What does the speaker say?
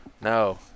No